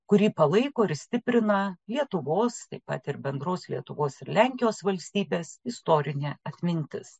kurį palaiko ir stiprina lietuvos taip pat ir bendros lietuvos ir lenkijos valstybės istorinė atmintis